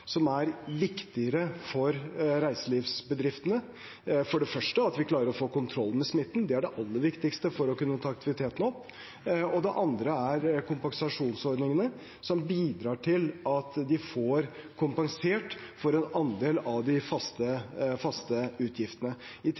som er viktigere for reiselivsbedriftene, for det første at vi klarer å få kontroll med smitten. Det er det aller viktigste for å kunne ta aktiviteten opp. Det andre er kompensasjonsordningene, som bidrar til at de får kompensert for en andel av de faste utgiftene. I